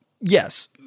yes